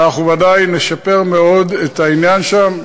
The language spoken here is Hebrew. ואנחנו ודאי נשפר מאוד את העניין שם.